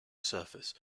surfers